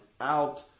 out